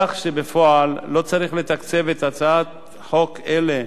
כך שבפועל לא צריך לתקצב את הצעות החוק האלה,